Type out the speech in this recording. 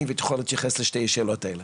ואת יכולה להתייחס לשתי השאלות האלה.